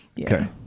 Okay